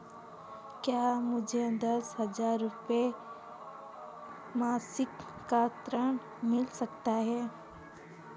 क्या मुझे दस हजार रुपये मासिक का ऋण मिल सकता है?